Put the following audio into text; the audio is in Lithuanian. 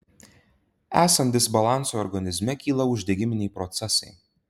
esant disbalansui organizme kyla uždegiminiai procesai